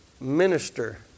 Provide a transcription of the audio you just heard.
minister